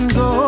go